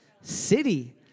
city